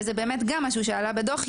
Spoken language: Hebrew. וזה גם משהו שעלה בדוח,